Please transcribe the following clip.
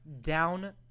down